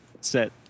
set